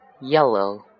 Yellow